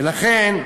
ולכן,